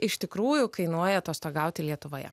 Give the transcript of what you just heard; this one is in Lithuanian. iš tikrųjų kainuoja atostogauti lietuvoje